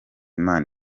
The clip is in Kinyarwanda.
imana